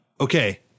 Okay